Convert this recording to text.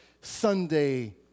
Sunday